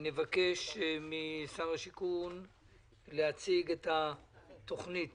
נבקש משר הבינוי והשיכון להציג את התוכנית